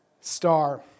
star